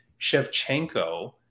Shevchenko